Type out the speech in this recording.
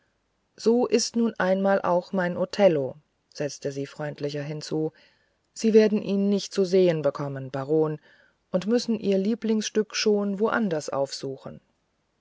so ist nun einmal auch mein othello setzte sie freundlicher hinzu und sie werden ihn nicht zu sehen bekommen baron und müssen ihr lieblingsstück schon wo anders aufsuchen